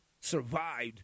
survived